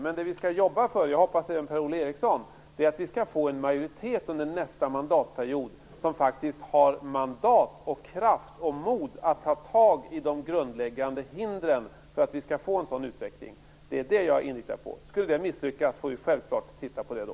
Men nu skall vi jobba för att få en majoritet under nästa mandatperiod som faktiskt har mandat, kraft och mod att ta tag i de grundläggande hindren för att vi skall få en sådan utveckling, och det hoppas jag att Per-Ola Eriksson också kommer att arbeta för. Det är detta jag är inriktad på. Skulle det misslyckas får vi självfallet titta på det då.